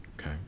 okay